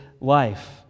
life